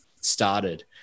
started